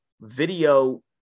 video